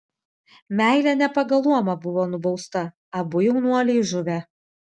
meilė ne pagal luomą buvo nubausta abu jaunuoliai žuvę